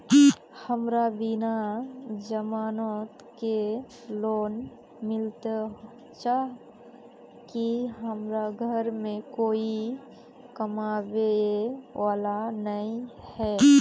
हमरा बिना जमानत के लोन मिलते चाँह की हमरा घर में कोई कमाबये वाला नय है?